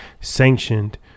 sanctioned